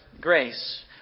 grace